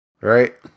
right